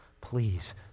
Please